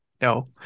No